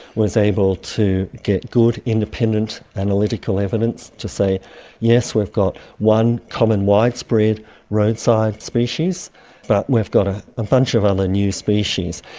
was able to get good, independent analytical evidence to say yes, we've got one common widespread roadside species, but we've got a um bunch of other new species.